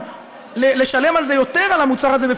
והוא חייב היום לשלם יותר על המוצר הזה.